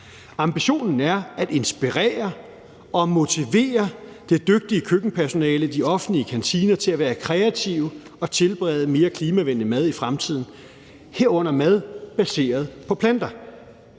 Ambitionen er at inspirere og motivere det dygtige køkkenpersonale i de offentlige kantiner til at være kreative og tilberede mere klimavenlig mad i fremtiden, herunder mad baseret på planter.